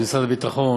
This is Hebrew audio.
זה משרד הביטחון,